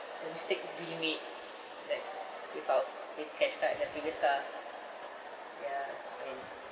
the mistake we made like with our with cash right that previous car ya and